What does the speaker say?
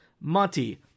Monty